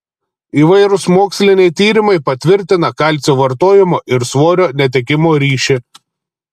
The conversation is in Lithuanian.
įvairūs moksliniai tyrimai patvirtina kalcio vartojimo ir svorio netekimo ryšį